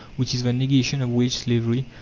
which is the negation of wage-slavery,